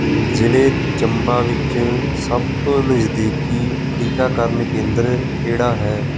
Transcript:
ਜ਼ਿਲ੍ਹੇ ਚੰਬਾ ਵਿੱਚ ਸਭ ਤੋਂ ਨਜ਼ਦੀਕੀ ਟੀਕਾਕਰਨ ਕੇਂਦਰ ਕਿਹੜਾ ਹੈ